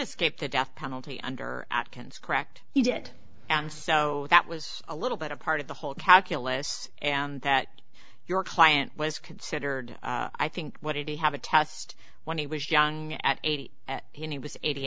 escaped the death penalty under atkins correct he did and so that was a little bit of part of the whole calculus and that your client was considered i think what did he have a test when he was young at eighty